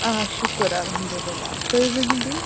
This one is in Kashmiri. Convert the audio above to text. آ شُکُراَلحَمدُاللّٰہ تُہۍ ؤنِو بیٚیہِ